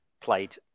played